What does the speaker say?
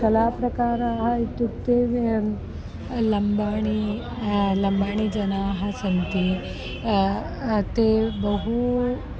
कलाप्रकाराः इत्युक्ते लम्बाणी लम्बाणीजनाः सन्ति ते बहु